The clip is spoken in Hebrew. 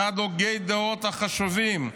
אחד מהוגי הדעות החשובים,